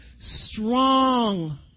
Strong